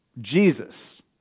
Jesus